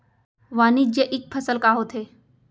वाणिज्यिक फसल का होथे?